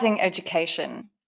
Education